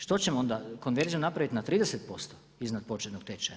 Što ćemo onda konverziju napraviti na 30% iznad početnog tečaja?